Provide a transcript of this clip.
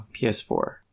PS4